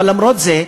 אבל למרות זה,